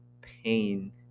pain